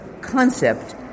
concept